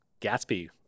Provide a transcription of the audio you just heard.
Gatsby